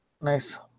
Nice